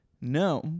No